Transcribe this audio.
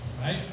Right